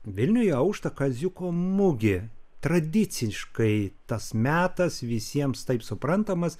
vilniuje aušta kaziuko mugė tradiciškai tas metas visiems taip suprantamas